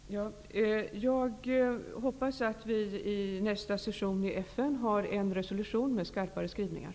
Fru talman! Jag hoppas att vi under nästa session i FN har en resolution med skarpare skrivningar.